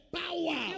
power